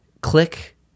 click